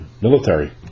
military